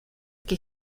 que